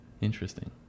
Interesting